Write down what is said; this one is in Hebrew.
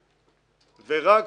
זו קטסטרופה משפטית,